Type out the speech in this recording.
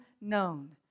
known